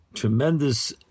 Tremendous